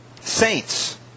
saints